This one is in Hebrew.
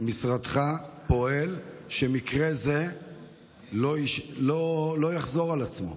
משרדך פועל כדי שמקרה זה לא יחזור על עצמו.